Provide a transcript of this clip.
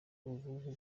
ubumwe